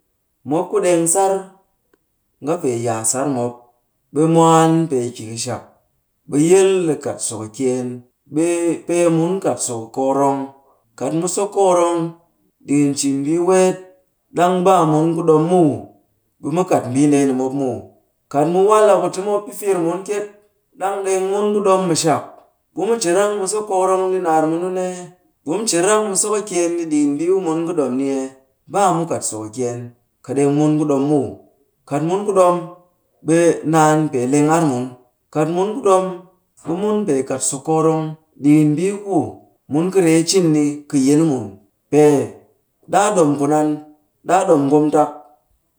Mop ku ɗeng sar, nga pee yaa sar mop. Ɓe mwaan pee ki kɨshak. Ɓe yil ɗi kat so kɨkyeen, ɓe pee mun kat so kokorong. Kat mu so kokorong, ɗikin cin mbii weet, ɗang baa mun ku ɗom muw, ɓe mu kat mbii ndeeni mop weet muw. Kat mu wal a ku ti mop pɨ fir mun kyek, ɗang ɗeng mun ku ɗom mu shak, e mu cin a rang mu so kokorong ɗi naar munun ee? Ɓe mu cin a rang mu so kɨkyeen ɗi ɗikin mbii ku mun kɨ ɗom ni ɗi ee? Baa mu kat so kɨkyeen, kat ɗeng mun ku ɗom muw. Kat mun ku ɗom, ɓe naan pee leng ar mun. Kat mun ku ɗom, ɓe pee kat so kokorong ɗikin mbii ku munkɨ ryee cin ni kɨ yil mun. Pee ɗaa ɗom kunan; ɗaa ɗom ngomtak.